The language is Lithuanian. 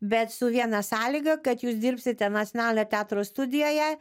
bet su viena sąlyga kad jūs dirbsite nacionalinio teatro studijoje